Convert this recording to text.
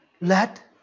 Let